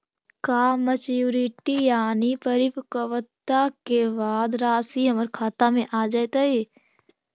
का मैच्यूरिटी यानी परिपक्वता के बाद रासि हमर खाता में आ जइतई?